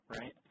right